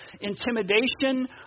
intimidation